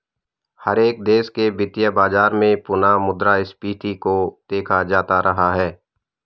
हर एक देश के वित्तीय बाजार में पुनः मुद्रा स्फीती को देखा जाता रहा है